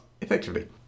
effectively